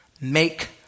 Make